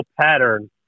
pattern